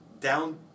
down